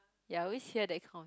ya always hear that kind